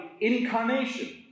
incarnation